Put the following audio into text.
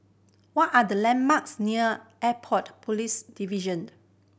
what are the landmarks near Airport Police Division